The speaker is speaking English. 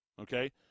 Okay